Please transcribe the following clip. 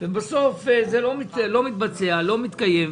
בסוף זה לא מתבצע, לא מתקיים.